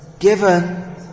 given